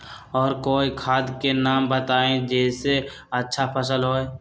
और कोइ खाद के नाम बताई जेसे अच्छा फसल होई?